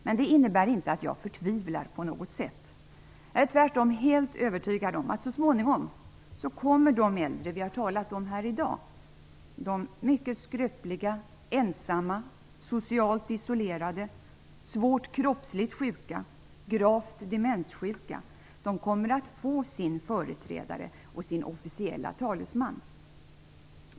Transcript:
Men det innebär inte att jag på något sätt förtvivlar. Jag är tvärtom helt övertygad om att de äldre som vi har talat om här i dag - de mycket skröpliga, ensamma, socialt isolerade, svårt kroppsligt sjuka och gravt demenssjuka - så småningom kommer att få sin företrädare och sin officiella talesman.